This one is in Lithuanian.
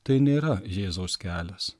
tai nėra jėzaus kelias